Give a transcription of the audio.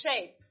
shape